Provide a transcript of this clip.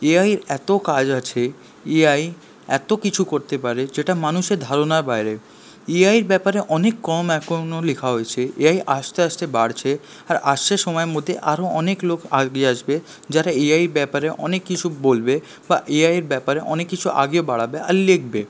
AI এত কাজ আছে এআই এত কিছু করতে পারে যেটা মানুষের ধারণার বাইরে এআইয়ের ব্যাপারে অনেক কম এখনও লেখা হয়েছে এআই আস্তে আস্তে বাড়ছে আর আসছে সময়ের মধ্যে আরো অনেক লোক এগিয়ে আসবে যারা এআই ব্যাপারে অনেক কিছু বলবে বা এআইয়ের ব্যাপারে অনেক কিছু আগে বাড়াবে আর লিখবে